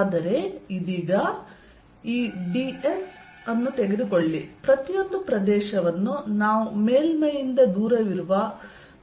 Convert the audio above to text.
ಆದರೆ ಇದೀಗ ಈ ds ಅನ್ನು ತೆಗೆದುಕೊಳ್ಳಿ ಪ್ರತಿಯೊಂದು ಪ್ರದೇಶವನ್ನು ನಾವು ಮೇಲ್ಮೈಯಿಂದ ದೂರವಿರುವ